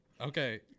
Okay